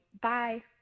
Bye